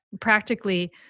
practically